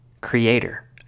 creator